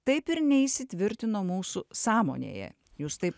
taip ir neįsitvirtino mūsų sąmonėje jūs taip